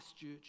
Church